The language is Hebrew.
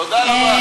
תודה רבה.